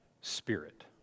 spirit